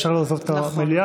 אפשר לעזוב את המליאה,